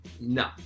No